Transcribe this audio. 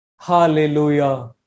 Hallelujah